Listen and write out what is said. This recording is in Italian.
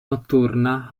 notturna